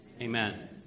amen